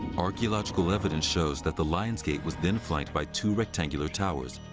archaeological evidence shows that the lion's gate was then flanked by two rectangular towers,